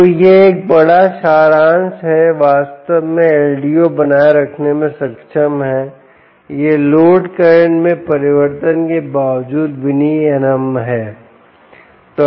तो यह एक बड़ा सारांश है कि वास्तव में LDO बनाए रखने में सक्षम है यह लोड करंट में परिवर्तन के बावजूद विनियमन है